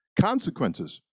consequences